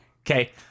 Okay